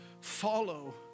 follow